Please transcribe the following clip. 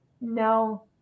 No